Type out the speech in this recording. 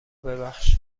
ببخش